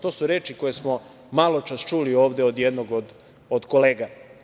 To su reči koje smo maločas čuli ovde od jednog od kolega.